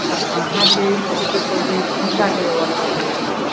तऽ अहाँके सबसे पहिले भूसा के व्यवस्था करै के होत